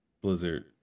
Blizzard